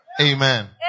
Amen